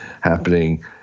happening